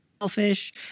selfish